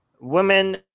women